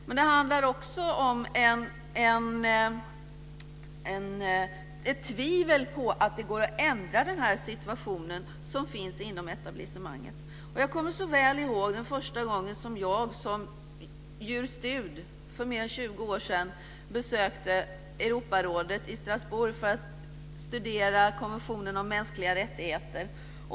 Men det handlar också om ett tvivel inom etablissemanget på att det går att ändra den här situationen. Jag kommer så väl ihåg den första gången jag som juris studerande för mer än 20 år sedan besökte Europarådet i Strasbourg för att studera konventionen om mänskliga rättigheter.